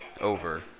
over